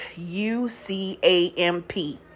UCAMP